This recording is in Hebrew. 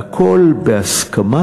והכול בהסכמה,